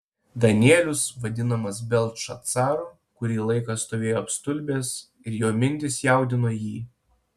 danielius vadinamas beltšacaru kurį laiką stovėjo apstulbęs ir jo mintys jaudino jį